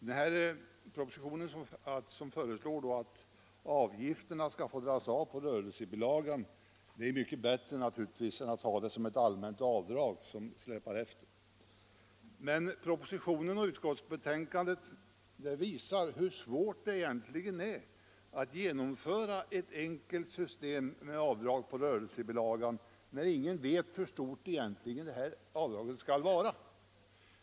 I propositionen föreslås att avgifterna skall få dras av på rörelsebilagan. Det är naturligtvis mycket bättre än att ha ett allmänt avdrag som släpar efter. Men propositionen och utskottsbetänkandet visar hur svårt det är att genomföra ett enkelt system med avdrag på rörelsebilagan när ingen vet hur stort avdraget egentligen skall vara.